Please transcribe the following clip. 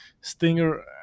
Stinger